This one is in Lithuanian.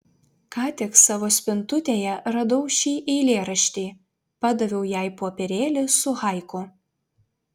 ką tik savo spintutėje radau šį eilėraštį padaviau jai popierėlį su haiku